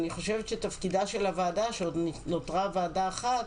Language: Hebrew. אני חושבת שתפקידה של הוועדה שעוד נותרה ועדה אחת,